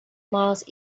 miles